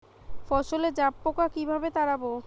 ফসলে জাবপোকা কিভাবে তাড়াব?